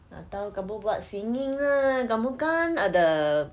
atau kamu buat singing lah kamu kan ada